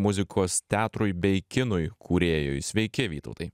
muzikos teatrui bei kinui kūrėjui sveiki vytautai